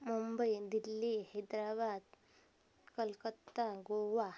Mumbai Delhi Hyderabad Calcutta Goa